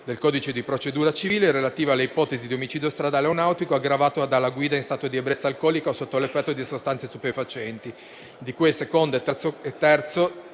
del codice di procedura penale, relativo alle ipotesi di omicidio stradale o nautico aggravato dalla guida in stato di ebbrezza alcolica o sotto l'effetto di sostanze stupefacenti,